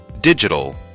Digital